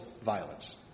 Violence